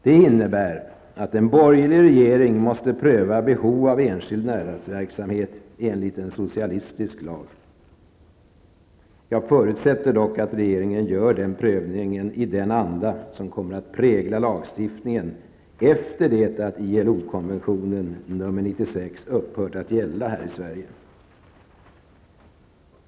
Det innebär att en borgerlig regering måste pröva behov av enskild näringsverksamhet enligt en socialistisk lag. Jag förutsätter dock att regeringen gör den prövningen i den anda som kommer att prägla lagstiftningen efter det att ILO-konventionen nr 96 upphört att gälla här i Sverige.